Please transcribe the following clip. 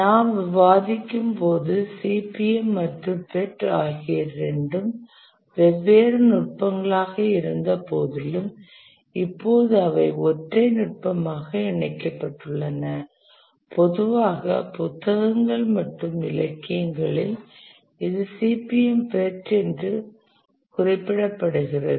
நாம் விவாதிக்கும்போது CPM மற்றும் PERT ஆகிய இரண்டும் வெவ்வேறு நுட்பங்களாக இருந்தபோதிலும் இப்போது அவை ஒற்றை நுட்பமாக இணைக்கப்பட்டுள்ளன பொதுவாக புத்தகங்கள் மற்றும் இலக்கியங்களில் இது CPM PERT என்று குறிப்பிடப்படுகிறது